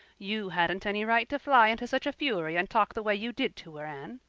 you hadn't any right to fly into such a fury and talk the way you did to her, anne.